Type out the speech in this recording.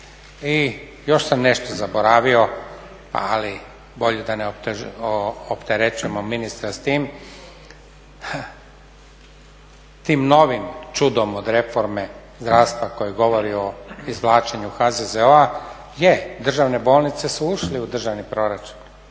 I još sam nešto zaboravio ali bolje da ne opterećujemo ministra s time, tim novim čudom od reforme zdravstva koji govori o izvlačenju HZZO-a. Je, državne bolnice su ušle u državni proračun,